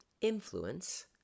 influence